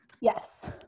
Yes